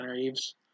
eaves